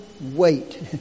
wait